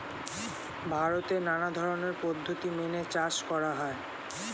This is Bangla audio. ভারতে নানা ধরনের পদ্ধতি মেনে চাষ করা হয়